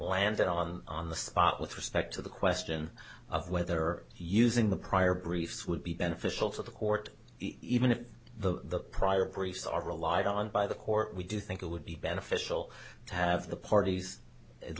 landed on the spot with respect to the question of whether using the prior briefs would be beneficial for the court even if the prior briefs are relied on by the court we do think it would be beneficial to have the parties at